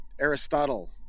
Aristotle